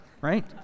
right